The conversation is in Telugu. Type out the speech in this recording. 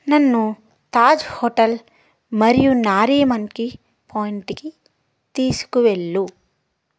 నన్ను తాజ్హోటల్ మరియు నారిమన్కీ పాయింట్కి తీసుకువెళ్ళు